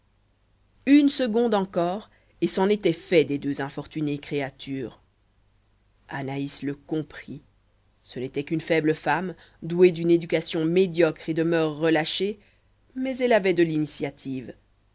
une seconde encore et c'en était fait des deux infortunées créatures anaïs le comprit ce n'était qu'une faible femme douée d'une éducation médiocre et de moeurs relâchées mais elle avait de l'initiative